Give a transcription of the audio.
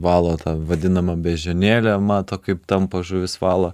valo tą vadinamą beždžionėlę mato kaip tampo žuvys valą